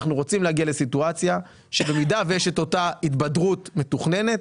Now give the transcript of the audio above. אנחנו רוצים להגיע לסיטואציה שבמידה ויש את אותה התבדרות מתוכננת